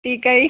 टीका ही